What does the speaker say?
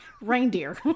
Reindeer